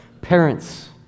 Parents